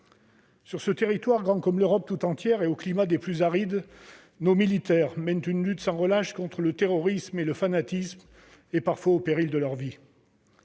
Sur ce territoire grand comme l'Europe tout entière et au climat des plus arides, nos militaires mènent une lutte sans relâche contre le terrorisme et le fanatisme, parfois au péril de leur vie.